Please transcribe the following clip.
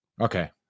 okay